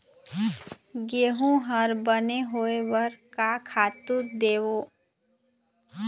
गेहूं हर बने होय बर का खातू देबो?